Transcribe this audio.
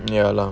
ya lah